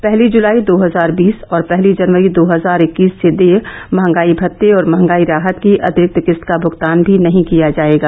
पहली जुलाई दो हजार बीस और पहली जनवरी दो हजार इक्कीस से देय मंहगाई मते और मंहगाई राहत को अतिरिक्त किस्त का भुगतान भी नहीं किया जाएगा